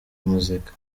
muzika